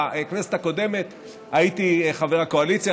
בכנסת הקודמת הייתי חבר הקואליציה,